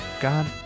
God